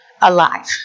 alive